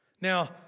Now